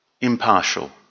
impartial